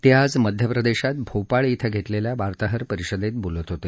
ते आज मध्य प्रदेशात भोपाळ श्विं घेतलेल्या वार्ताहरपरिषदेत बोलत होते